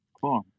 cool